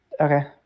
Okay